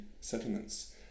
settlements